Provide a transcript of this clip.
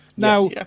Now